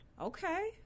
Okay